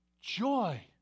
joy